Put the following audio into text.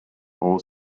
all